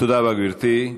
תודה רבה, גברתי.